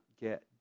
get